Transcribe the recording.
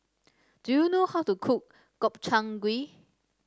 do you know how to cook Gobchang Gui